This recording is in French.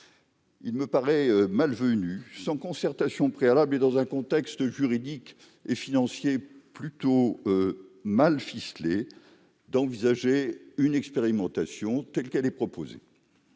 il me paraît malvenu, sans concertation préalable et dans un contexte juridique et financier plutôt mal ficelé, d'envisager l'expérimentation telle qu'elle est proposée.